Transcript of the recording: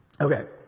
Okay